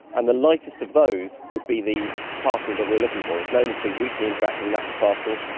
and the lightest of those would be the particle that we're looking for. it's known as the weakly interacting massive particle,